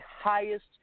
highest